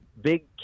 big